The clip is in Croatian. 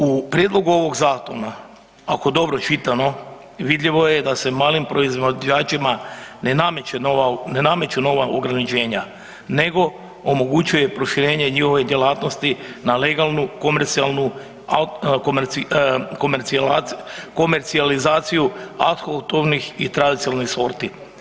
U prijedlogu ovog zakona ako dobro čitamo vidljivo je da se malim proizvođačima ne nameću nova ograničenja nego omogućuje proširenje njihove djelatnosti na legalnu, komercijalnu, komercijalizaciju autohtonih i tradicionalnih sorti.